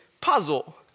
puzzle